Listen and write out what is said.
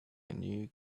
new